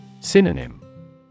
Synonym